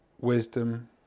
wisdom